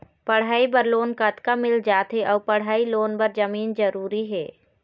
पढ़ई बर लोन कतका मिल जाथे अऊ पढ़ई लोन बर जमीन जरूरी हे?